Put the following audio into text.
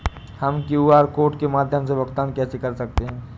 हम Q R code के माध्यम से भुगतान कैसे कर सकते हैं?